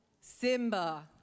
Simba